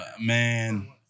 Man